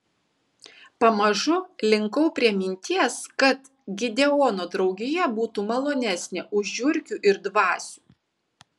pamažu linkau prie minties kad gideono draugija būtų malonesnė už žiurkių ir dvasių